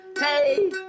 Hey